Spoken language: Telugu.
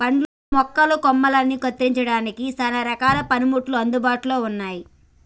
పండ్ల మొక్కల కొమ్మలని కత్తిరించడానికి సానా రకాల పనిముట్లు అందుబాటులో ఉన్నాయి